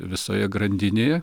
visoje grandinėje